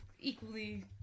Equally